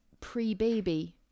pre-baby